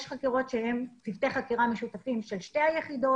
יש חקירות שהם צוותי חקירות משותפים של שתי היחידות.